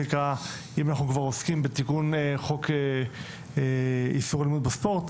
שאם אנחנו כבר עוסקים בתיקון חוק איסור אלימות בספורט,